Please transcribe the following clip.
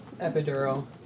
epidural